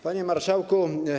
Panie Marszałku!